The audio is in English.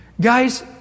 Guys